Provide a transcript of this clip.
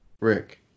rick